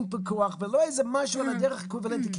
עם פיקוח ולא איזה משהו על הדרך אקוויוולנטי,